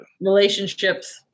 Relationships